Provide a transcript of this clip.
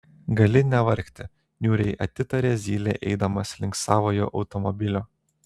gali nevargti niūriai atitarė zylė eidamas link savojo automobilio